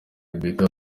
rebecca